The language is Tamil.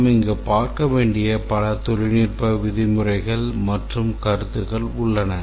நாம் இங்கு பார்க்க வேண்டிய பல தொழில்நுட்ப விதிமுறைகள் மற்றும் கருத்துக்கள் உள்ளன